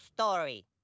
story